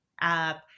app